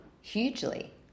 hugely